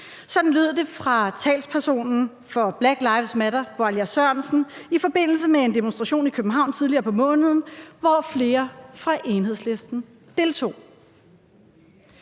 Sådan lød det fra talspersonen for »Black lives matter«, Bwalya Sørensen, i forbindelse med en demonstration i København tidligere på måneden, hvor flere fra Enhedslisten deltog.